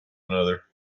another